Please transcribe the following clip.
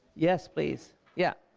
yes please yeah.